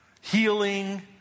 healing